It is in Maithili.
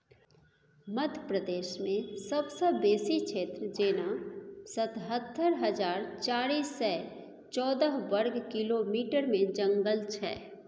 मध्य प्रदेशमे सबसँ बेसी क्षेत्र जेना सतहत्तर हजार चारि सय चौदह बर्ग किलोमीटरमे जंगल छै